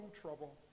trouble